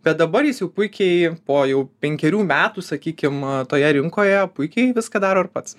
bet dabar jis jau puikiai po jau penkerių metų sakykim toje rinkoje puikiai viską daro ir pats